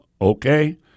okay